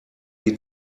die